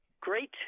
great